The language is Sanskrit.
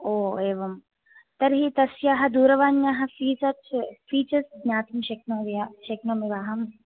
ओ एवं तर्हि तस्याः दूरवाण्याः फीजर्स् फीचर्स् ज्ञातुं शक्नोति वा शक्नोमि वा अहं